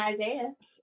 Isaiah